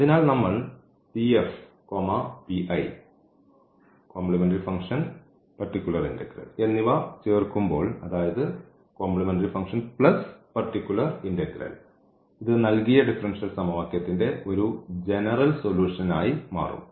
അതിനാൽ നമ്മൾ എന്നിവ ചേർക്കുമ്പോൾ അതായത് കോംപ്ലിമെന്ററി ഫംഗ്ഷൻ പർട്ടിക്കുലർ ഇന്റഗ്രൽ ഇത് നൽകിയ ഡിഫറൻഷ്യൽ സമവാക്യത്തിന്റെ ഒരു ജനറൽ സൊലൂഷൻ ആയി മാറും